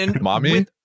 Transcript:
Mommy